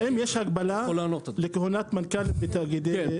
האם יש הגבלה לכהונת מנכ"ל בתאגידים?